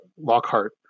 Lockhart